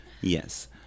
Yes